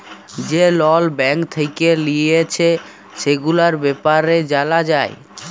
যে লল ব্যাঙ্ক থেক্যে লিয়েছে, সেগুলার ব্যাপারে জালা যায়